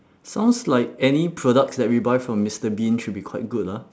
sounds like any products that we buy from mister bean should be quite good ah